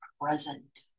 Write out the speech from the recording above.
present